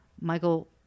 Michael